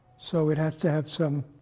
so it has to have some